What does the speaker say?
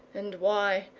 and why,